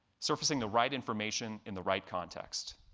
surfacing the right information in the right context.